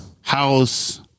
house